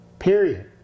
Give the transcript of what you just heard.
Period